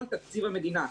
כל תקציב המדינה,